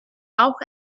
auch